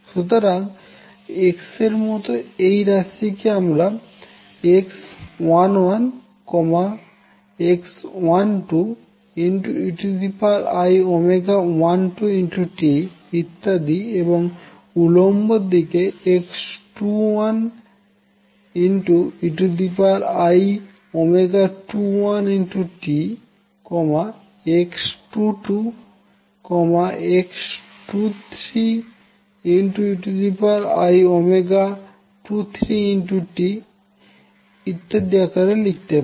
সুতরাং x এর মতো একটি রাশিকে আমরা x11 x12 ei12t ইত্যাদি এবং উল্লম্ব দিকে x21 ei21t x22 x23 ei23t ইত্যাদি আকারে লিখতে পারি